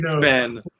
Ben